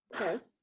Okay